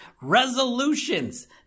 resolutions